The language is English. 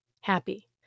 happy